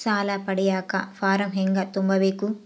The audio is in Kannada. ಸಾಲ ಪಡಿಯಕ ಫಾರಂ ಹೆಂಗ ತುಂಬಬೇಕು?